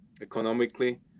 economically